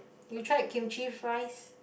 you tried Kimchi fries